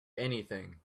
anything